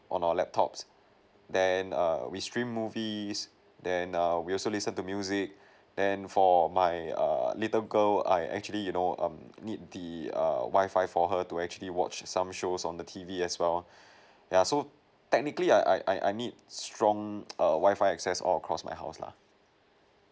on our laptops then err we stream movies then err we also listen to music then for my err little girl I actually you know um need the err WI-FI for her to actually watch some shows on the T V as well yeah so technically I I I I need strong err a WI-FI access all cross my house lah